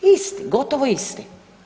Isti, gotovo isti.